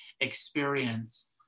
experience